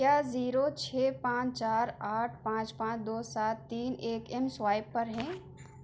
کیا زیرو چھ پانچ چار آٹھ پانچ پانچ دو سات تین ایک ایم سوائپر ہے